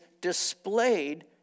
displayed